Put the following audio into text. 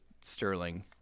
sterling